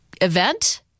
event